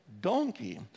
donkey